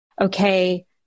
okay